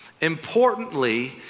importantly